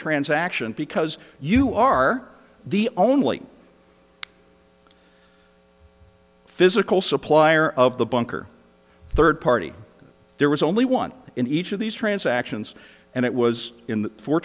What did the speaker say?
transaction because you are the only physical supplier of the bunker third party there was only one in each of these transactions and it was in